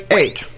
eight